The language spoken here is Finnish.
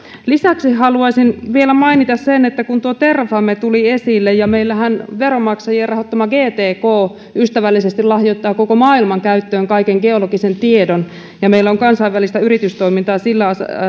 lisäksi haluaisin vielä mainita sen kun tuo terrafame tuli esille että meillähän veronmaksajien rahoittama gtk ystävällisesti lahjoittaa koko maailman käyttöön kaiken geologisen tiedon ja meillä on kansainvälistä yritystoimintaa sillä